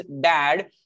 dad